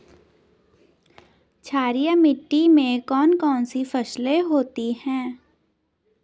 क्षारीय मिट्टी में कौन कौन सी फसलें होती हैं?